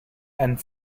and